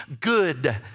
good